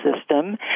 system